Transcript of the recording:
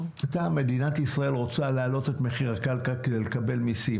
מדינת ישראל רוצה להעלות את מחיר הקרקע כדי לקבל מיסים.